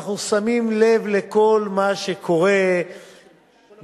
אנחנו שמים לב לכל מה שקורה מסביב.